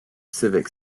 civic